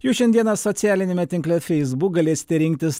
jūs šiandieną socialiniame tinkle facebook galėsite rinktis